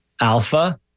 alpha